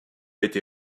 été